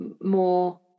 More